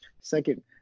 Second